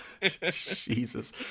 Jesus